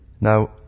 Now